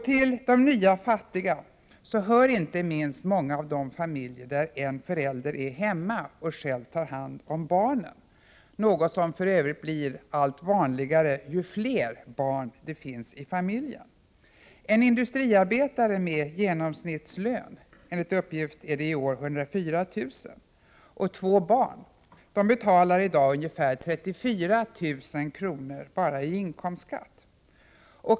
Till de nya fattiga hör inte minst många av de familjer där en förälder är hemma och själv tar hand om barnen, något som för övrigt blir allt vanligare ju fler barn familjen har. En industriarbetare med en genomsnittslön — enligt uppgift är den i år 104 000 kr. — och två barn betalar i dag ungefär 34 000 kr. bara i inkomstskatt.